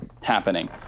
happening